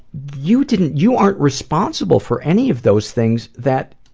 you didn't, you aren't responsible for any of those things that